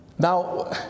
Now